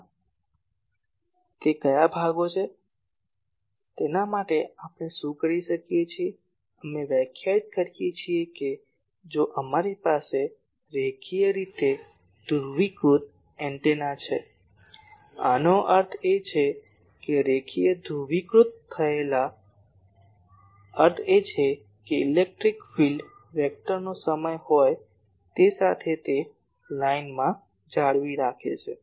તેથી તે કયા વિભાગો છે તેના માટે કે આપણે શું કરીએ છીએ અમે વ્યાખ્યાયિત કરીએ છીએ કે જો અમારી પાસે રેખીય રીતે ધ્રુવીકૃત એન્ટેના છે આનો અર્થ એ કે રેખીય ધ્રુવીકૃત થયેલ અર્થ એ છે કે ઇલેક્ટ્રિક ફીલ્ડ વેક્ટરનો સમય હોય તે સાથે તે લાઈનને જાળવી રાખે છે